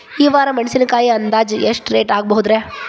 ಈ ವಾರ ಮೆಣಸಿನಕಾಯಿ ಅಂದಾಜ್ ಎಷ್ಟ ರೇಟ್ ಆಗಬಹುದ್ರೇ?